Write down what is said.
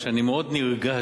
שאני מאוד נרגש,